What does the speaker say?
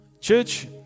Church